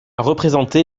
représenté